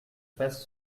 fasse